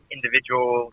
Individual